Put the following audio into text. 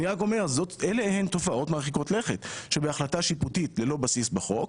אני רק אומר שאלה הן תופעות מרחיקות לכת שבהחלטה שיפוטית ללא בסיס בחוק,